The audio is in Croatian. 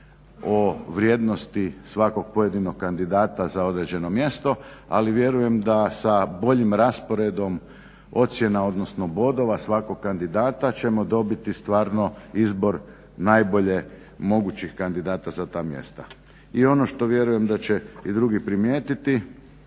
o vrijednosti svakog pojedinog kandidata za određeno mjesto, ali vjerujem da sa boljim rasporedom ocjena odnosno bodova svakog kandidata ćemo dobiti stvarno izbor najbolje mogućih kandidata za ta mjesta. I ono što vjerujem da će i drugi primijetiti,